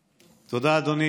תודה, אדוני.